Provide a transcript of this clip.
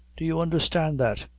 do you undherstand that?